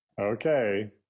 Okay